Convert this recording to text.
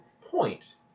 point